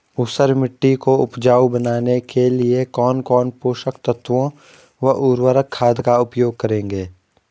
ऊसर मिट्टी को उपजाऊ बनाने के लिए कौन कौन पोषक तत्वों व उर्वरक खाद का उपयोग करेंगे?